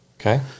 Okay